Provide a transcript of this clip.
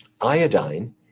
Iodine